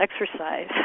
exercise